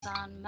on